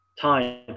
time